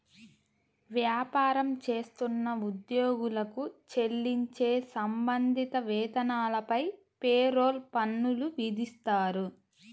వ్యాపారం చేస్తున్న ఉద్యోగులకు చెల్లించే సంబంధిత వేతనాలపై పేరోల్ పన్నులు విధిస్తారు